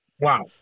Wow